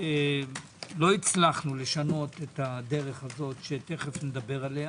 לא הצלחנו לשנות את הדרך הזו, שתכף נדבר עליה.